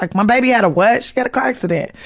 like my baby had a what? she had a car accident.